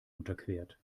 unterquert